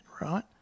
right